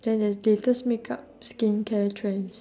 then there's latest makeup skincare trends